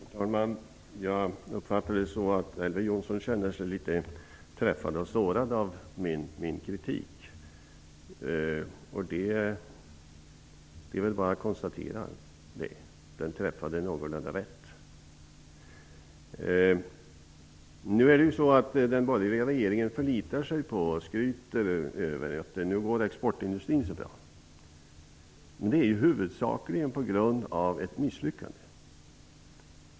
Herr talman! Jag uppfattar det så att Elver Jonsson kände sig litet träffad och sårad av min kritik. Det är bara att konstatera att den träffade någorlunda rätt. Den borgerliga regeringen förlitar sig på och skryter över att exportindustrin går så bra nu. Men det är huvudsakligen på grund av ett misslyckande.